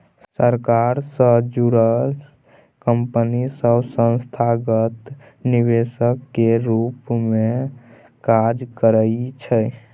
सरकार सँ जुड़ल कंपनी सब संस्थागत निवेशक केर रूप मे काज करइ छै